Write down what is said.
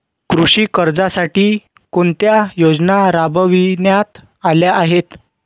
कृषी कर्जासाठी कोणत्या योजना राबविण्यात आल्या आहेत?